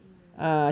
ya